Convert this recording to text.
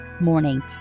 morning